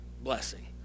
blessing